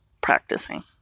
practicing